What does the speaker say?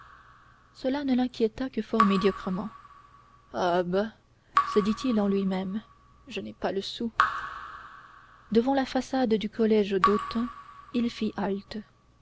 cela ne l'inquiéta que fort médiocrement ah bah se dit-il en lui-même je n'ai pas le sou devant la façade du collège d'autun il fit halte